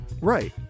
Right